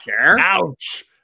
Ouch